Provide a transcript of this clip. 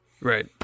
Right